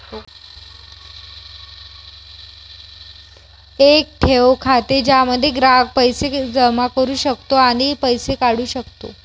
एक ठेव खाते ज्यामध्ये ग्राहक पैसे जमा करू शकतो आणि पैसे काढू शकतो